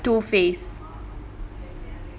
two faced